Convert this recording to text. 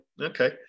Okay